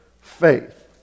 faith